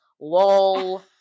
lol